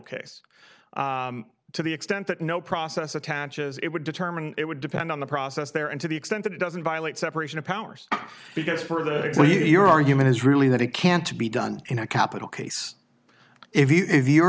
case to the extent that no process attaches it would determine it would depend on the process there and to the extent that it doesn't violate separation of powers because further your argument is really that it can't be done in a capital case if your i